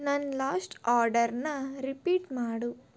ನನ್ನ ಲಾಸ್ಟ್ ಆರ್ಡರನ್ನು ರಿಪೀಟ್ ಮಾಡು